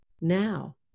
Now